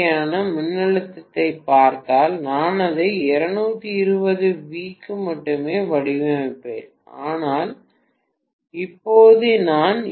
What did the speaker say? யான மின்னழுத்தத்தைப் பார்த்தால் நான் அதை 220 வி க்கு மட்டுமே வடிவமைப்பேன் ஆனால் இப்போது நான் 2